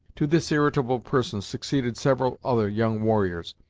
to this irritable person succeeded several other young warriors,